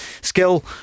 skill